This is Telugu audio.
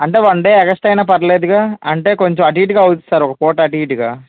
అంటే వన్ డే ఎగస్ట్రా అయిన పర్లేదుగా అంటే కొంచెం అటు ఇటుగా అవ్వుద్ది సార్ ఒక పూట అటు ఇటుగా